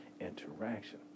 interaction